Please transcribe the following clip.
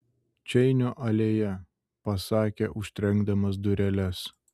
čeinio alėja pasakė užtrenkdamas dureles